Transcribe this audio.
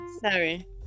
Sorry